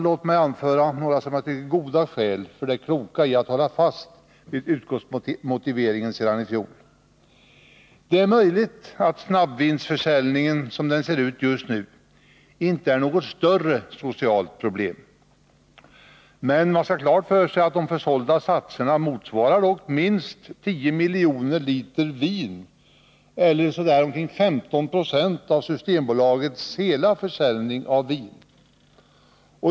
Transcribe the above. Låt mig anföra några, som jag tycker, goda skäl för det kloka i att hålla fast vid utskottsmotiveringen sedan i fjol. Det är möjligt att snabbvinsförsäljningen som den ser ut just nu inte är något större socialt problem. Men man skall ha klart för sig att de försålda satserna dock motsvarar minst 10 miljoner liter vin eller omkring 15 90 av Systembolagets hela försäljning av vin.